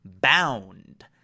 Bound